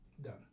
done